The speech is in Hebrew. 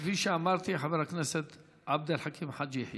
כפי שאמרתי, חבר הכנסת עבד אל חכים חאג' יחיא.